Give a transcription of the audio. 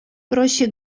проще